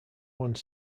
one